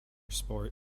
sport